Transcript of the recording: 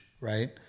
right